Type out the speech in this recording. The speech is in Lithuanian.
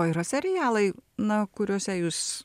o yra serialai na kuriuose jūs